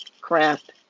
craft